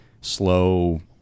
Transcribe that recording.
slow